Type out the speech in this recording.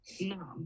No